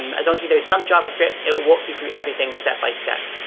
um as you know some javascript, it will walk you through everything step by step.